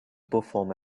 perform